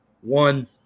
one